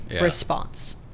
response